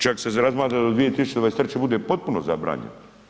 Čak se razmatra da 2023. bude potpuno zabranjen.